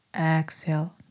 Exhale